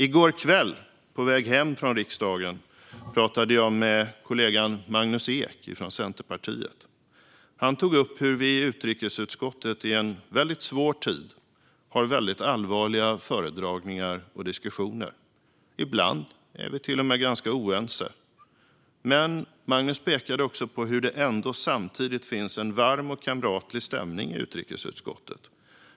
I går kväll, på väg hem från riksdagen, pratade jag med kollegan Magnus Ek från Centerpartiet. Han tog upp hur vi i utrikesutskottet i en väldigt svår tid har väldigt allvarliga föredragningar och diskussioner. Ibland är vi till och med ganska oense. Men Magnus pekade också på att det samtidigt finns en varm och kamratlig stämning i utrikesutskottet.